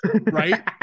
Right